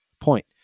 point